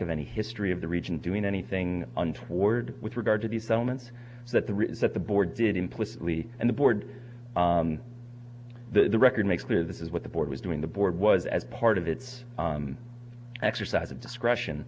of any history of the region doing anything untoward with regard to the settlements that the reasons that the board did implicitly and the board the record makes clear this is what the board was doing the board was as part of its exercise of discretion